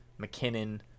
mckinnon